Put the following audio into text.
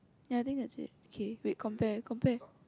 ya I think that's it okay wait compare compare